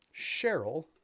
Cheryl